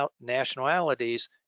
nationalities